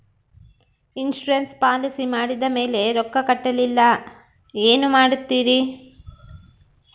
Insurance policy ಮಾಡಿದ ಮೇಲೆ ರೊಕ್ಕ ಕಟ್ಟಲಿಲ್ಲ ಏನು ಮಾಡುತ್ತೇರಿ?